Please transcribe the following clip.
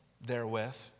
therewith